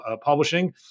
publishing